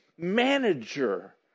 manager